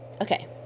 okay